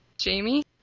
Jamie